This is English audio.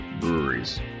breweries